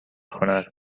کند